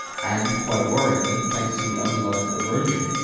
and quite worryingly, thanks to the underlying erosion,